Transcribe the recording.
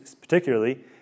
particularly